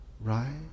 right